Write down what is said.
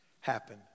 happen